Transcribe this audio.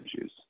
issues